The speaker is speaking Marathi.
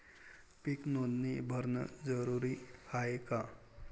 पीक नोंदनी भरनं जरूरी हाये का?